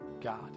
God